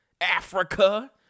Africa